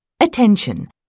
Attention